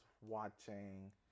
watching